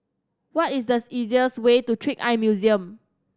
what is easiest way to Trick Eye Museum